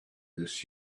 this